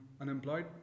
unemployed